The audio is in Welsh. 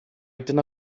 dyna